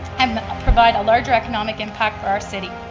um ah provide a larger economic impact for our city.